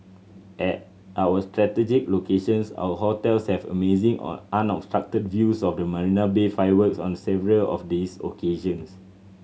at our strategic locations our hotels have amazing unobstructed views of the Marina Bay fireworks on the several of these occasions